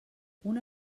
una